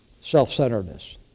self-centeredness